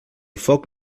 foc